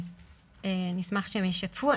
נשמח שהם ישתפו.